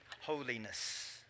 holiness